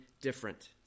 different